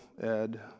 Ed